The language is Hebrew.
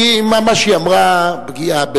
כי מה שהיא אמרה, פגיעה,